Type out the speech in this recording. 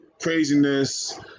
craziness